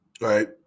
Right